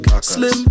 slim